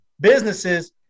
businesses